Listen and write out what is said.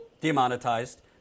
demonetized